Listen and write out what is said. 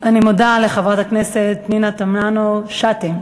אני מודה לחברת הכנסת פנינה תמנו-שטה.